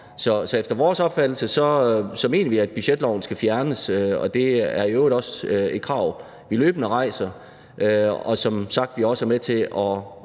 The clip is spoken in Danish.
Så efter vores opfattelse skal budgetloven fjernes, og det er i øvrigt også et krav, vi løbende rejser, og som vi som sagt også er med til at